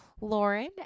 Lauren